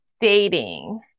dating